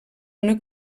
una